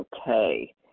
Okay